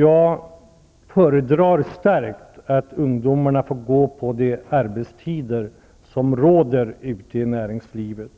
Jag föredrar verkligen att ungdomarna får de arbetstider som råder ute i näringslivet.